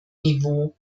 niveau